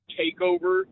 takeover